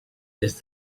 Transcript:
des